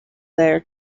there